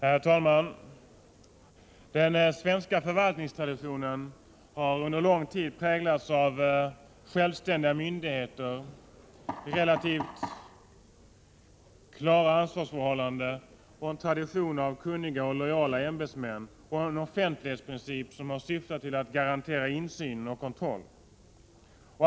Herr talman! Den svenska förvaltningstraditionen har under lång tid präglats av självständiga myndigheter, relativt klara ansvarsförhållanden och en tradition av kunniga och lojala ämbetsmän samt en offentlighetsprincip som har syftat till att garantera insyn och kontroll.